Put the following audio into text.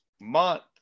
month